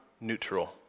neutral